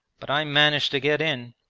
but i managed to get in.